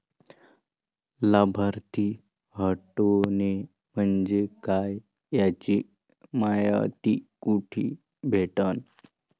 लाभार्थी हटोने म्हंजे काय याची मायती कुठी भेटन?